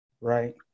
right